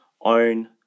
own